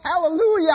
Hallelujah